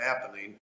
happening